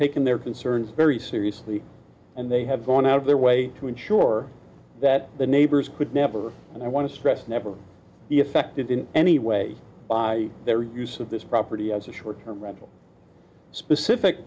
taken their concerns very seriously and they have gone out of their way to ensure that the neighbors could never and i want to stress never be affected in any way by their use of this property as a short term rental specific